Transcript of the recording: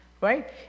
right